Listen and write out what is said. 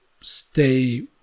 stay